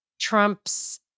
Trump's